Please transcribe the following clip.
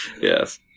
Yes